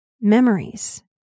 memories